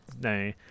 No